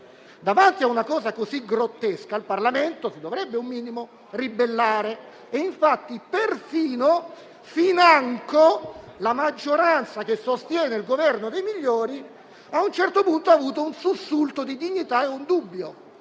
Davanti a una cosa tanto grottesca il Parlamento si dovrebbe ribellare. E infatti financo la maggioranza che sostiene il Governo dei migliori a un certo punto ha avuto un sussulto di dignità e un dubbio: